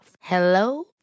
Hello